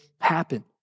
happen